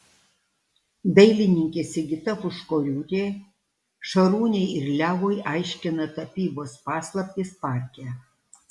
dailininkė sigita puškoriūtė šarūnei ir levui aiškina tapybos paslaptis parke